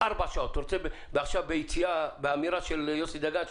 אתה רוצה עכשיו באמירה של יוסי דגן,